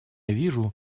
вижу